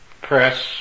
press